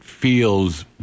Feels